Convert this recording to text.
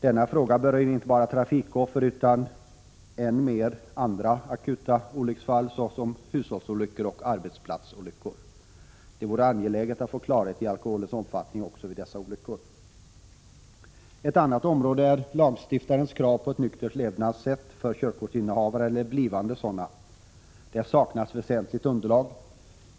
Denna fråga berör inte bara trafikoffer utan är mer andra akuta olycksfall såsom ”hushållsolyckor och arbetsplatsolyckor”. Det vore angeläget att få klarhet i alkoholens omfattning också vid dessa olyckor. Ett annat område är lagstiftarens krav på ett nyktert levnadssätt för körkortsinnehavare eller blivande sådana. Där saknas väsentliga underlag.